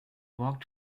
walked